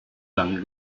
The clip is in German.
lange